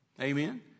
Amen